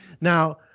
now